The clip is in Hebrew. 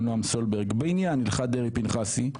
נעם סולברג בעניין הלכת דרעי-פנחסי.